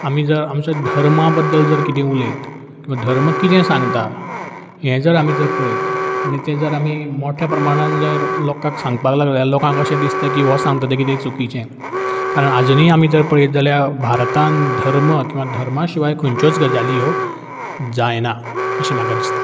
आमी जर आमच्या धर्मा बद्दल जर कितें उलयत किंवां धर्म कितें सांगता हें जर आमी जर पळयत आनी तें जर आमी मोठ्या प्रमाणान जर लोकाक सांगपाक लागले लोकांक अशें दिसता की वो सांगता कितें चुकीचें कारण आजुनीय आमी जर पळयत जाल्या भारतान धर्म किंवा धर्मा शिवाय खंयच्योच गजाली ह्यो जायना अशें म्हाका दिसता